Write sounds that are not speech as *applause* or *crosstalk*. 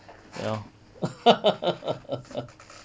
you know *laughs*